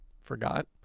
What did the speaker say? forgot